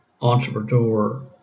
entrepreneur